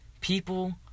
people